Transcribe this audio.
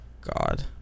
God